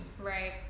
right